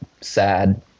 sad